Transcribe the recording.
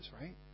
right